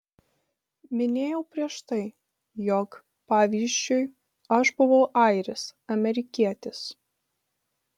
minėjau prieš tai jog pavyzdžiui aš buvau airis amerikietis